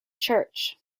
church